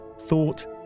thought